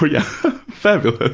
ah yeah. fabulous. ah